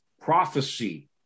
prophecy